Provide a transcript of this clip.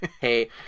hey